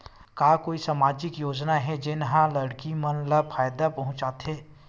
का कोई समाजिक योजना हे, जेन हा लड़की मन ला फायदा पहुंचाथे?